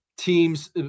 teams